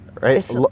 Right